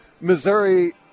Missouri